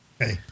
Hey